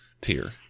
tier